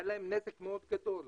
היה להם נזק מאוד גדול.